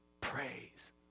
Praise